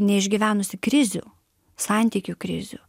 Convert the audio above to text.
neišgyvenusi krizių santykių krizių